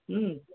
ହୁଁ